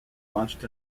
launched